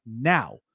now